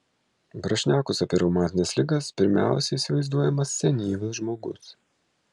prašnekus apie reumatines ligas pirmiausia įsivaizduojamas senyvas žmogus